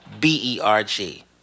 B-E-R-G